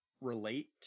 relate